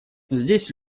здесь